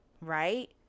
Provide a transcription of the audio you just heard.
right